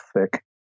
thick